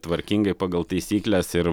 tvarkingai pagal taisykles ir